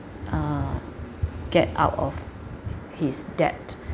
uh get out of his debt